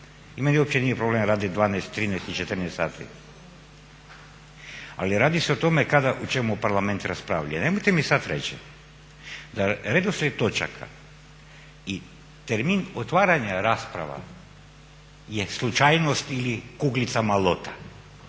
meni uopće nije problem raditi 12, 13, i 14 sati, ali radi se o tome kada u čemu Parlament raspravlja. I nemojte mi sada reći da redoslijed točaka i termin otvaranja rasprava je slučajnost ili kuglicama lota.